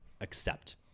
accept